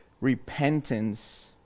repentance